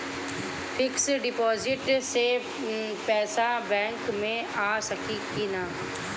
Fix deposit से पैसा bank मे आ सकी कि ना?